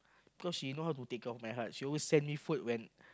because she know how to take care of my heart she always send me food when